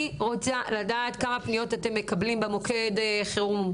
אני רוצה לדעת כמה פניות אתם מקבלים במוקדי החירום.